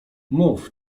mów